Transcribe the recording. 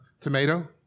tomato